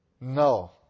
No